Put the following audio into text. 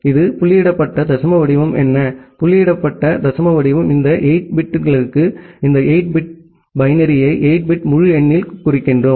இந்த புள்ளியிடப்பட்ட தசம வடிவம் என்ன புள்ளியிடப்பட்ட தசம வடிவம் இந்த 8 பிட்களுக்கு இந்த 8 பிட் பைனரியை 8 பிட் முழு எண்ணில் குறிக்கிறோம்